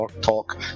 talk